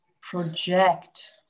project